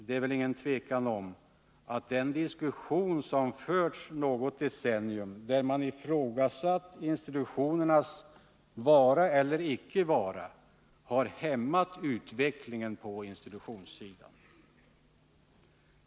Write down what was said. Det råder inget tvivel om att den diskussion som förts något decennium om institutionernas vara eller icke vara har hämmat utvecklingen på institutionssidan.